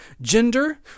gender